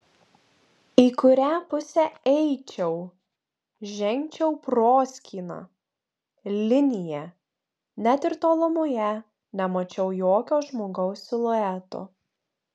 į kurią pusę eičiau žengčiau proskyna linija net ir tolumoje nemačiau jokio žmogaus silueto